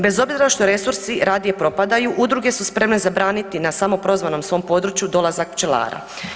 Bez obzira što resursi radije propadaju, udruge su spremne zabraniti na samoprozvanom svom području dolazak pčelara.